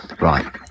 Right